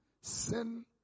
Sin